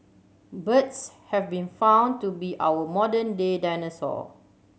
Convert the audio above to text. birds have been found to be our modern day dinosaur